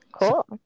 cool